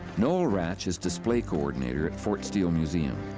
noel ratch is display co-ordinator at fort steele museum.